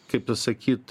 kaip pasakyt